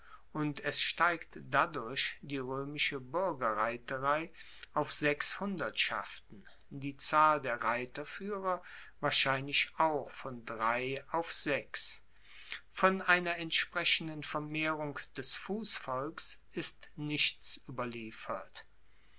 und es steigt dadurch die roemische buergerreiterei auf sechs hundertschaften die zahl der reiterfuehrer wahrscheinlich auch von drei auf sechs von einer entsprechenden vermehrung des fussvolks ist nichts ueberliefert